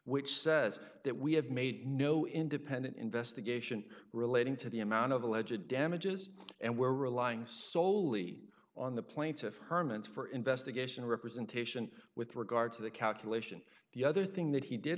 which says that we have made no independent investigation relating to the amount of the legit damages and we're relying soley on the plaintiff herman's for investigation representation with regard to the calculation the other thing that he did